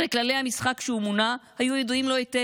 הרי כללי המשחק, כשהוא מונה, היו ידועים לו היטב.